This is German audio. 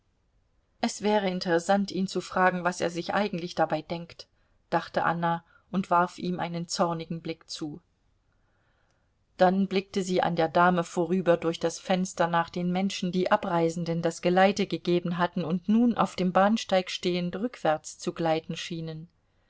es wäre interessant ihn zu fragen was er sich eigentlich dabei denkt dachte anna und warf ihm einen zornigen blick zu dann blickte sie an der dame vorüber durch das fenster nach den menschen die abreisenden das geleite gegeben hatten und nun auf dem bahnsteig stehend rückwärts zu gleiten schienen